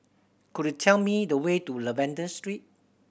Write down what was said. could you tell me the way to Lavender Street